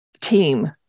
team